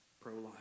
pro-life